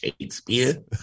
Shakespeare